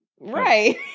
right